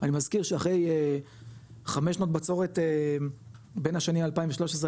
אני מזכיר שאחרי חמש שנות בצורת בין השנים 2013,